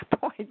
point